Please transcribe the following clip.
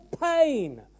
pain